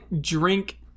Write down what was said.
drink